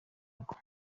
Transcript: rwo